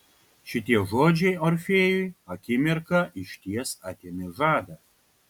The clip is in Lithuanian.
šitie žodžiai orfėjui akimirką išties atėmė žadą